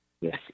Yes